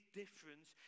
difference